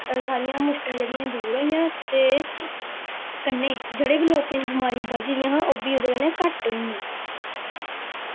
सारियां मुश्कलां हियां जेह्ड़ियां दूर होई गेइयां ते कन्नें जेह्ड़े बी लोकें दियां बमारियां बधी दियां हियां ओब्बी ओह्दे कन्नै घट्ट होई गेइयां